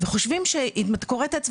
וחושבים שאם אתה כורת עץ,